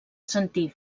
sentir